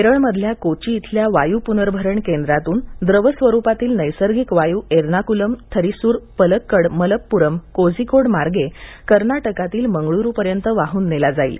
केरळमधल्या कोची इथल्या वायू प्नर्भरण केंद्रातून द्रव स्वरूपातील नैसर्गिक वायू एरणाक्लम थरीसुर पलक्कड मलप्पुरम कोझिकोड मार्गे कर्नाटकातील मंगळुरू पर्यंत वाहून नेला जाईल